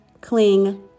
cling